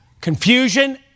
confusion